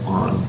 on